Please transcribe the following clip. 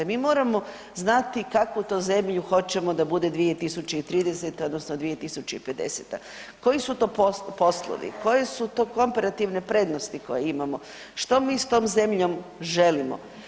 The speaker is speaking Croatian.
Mi moramo znati kakvu to zemlju hoćemo da bude 2030. odnosno 2050., koji su to poslovi, koje su to komparativne prednosti koje imamo, što mi s tom zemljom želimo.